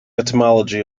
etymology